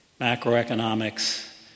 macroeconomics